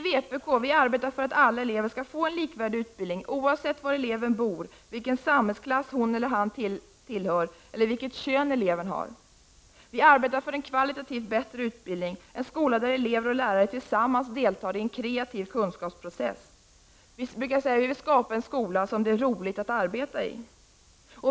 Vpk arbetar för att alla elever skall få en likvärdig utbildning oavsett var eleven bor, vilken samhällsklass hon eller han kommer från eller vilket kön eleven tillhör. Vi arbetar för en kvalitativt bättre utbildning, en skola där elever och lärare tillsammans deltar i en kreativ kunskapsprocess. Vi vill skapa en skola som det är roligt att arbeta i.